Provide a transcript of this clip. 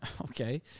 Okay